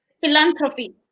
Philanthropy